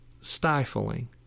stifling